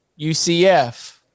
UCF